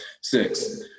six